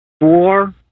four